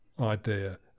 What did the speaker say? idea